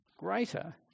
greater